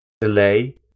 delay